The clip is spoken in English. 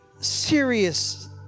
serious